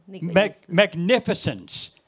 Magnificence